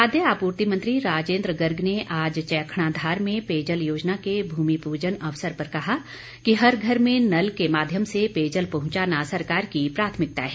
खाद्य आपूर्ति मंत्री राजेन्द्र गर्ग ने आज चैखणाधार में पेयजल योजना के भूमि पूजन के अवसर पर बताया कि हर घर में नल के माध्यम से पेयजल पहुंचाना सरकार की प्राथमिकता है